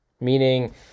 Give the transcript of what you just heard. Meaning